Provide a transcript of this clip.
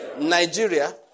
Nigeria